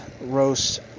roast